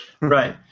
Right